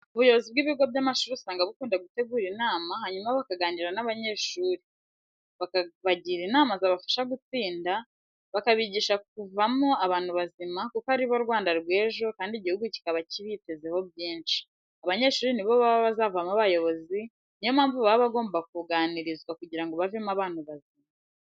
Ubuyobozi bw'ibigo by'amashuri usanga bukunda gutegura inama hanyuma bakaganira n'abanyeshuri, bakabagira inama zabafasha gutsinda, bakabigisha kuvamo abantu bazima kuko ari bo Rwanda rw'ejo kandi igihugu kikaba kibitezeho byinshi. Abanyeshuri ni bo baba bazavamo abayobozi, niyo mpamvu baba bagomba kuganirizwa kugira ngo bavemo abantu bazima.